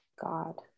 God